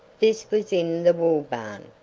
this was in the wool barn,